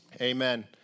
Amen